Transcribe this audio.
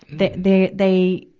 the, they, they,